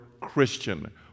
Christian